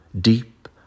deep